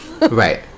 right